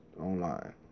online